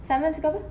simon suka apa